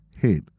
head